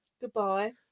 Goodbye